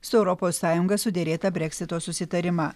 su europos sąjunga suderėtą breksito susitarimą